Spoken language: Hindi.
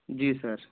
जी सर